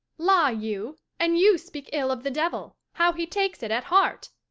la you, and you speak ill of the devil, how he takes it at heart!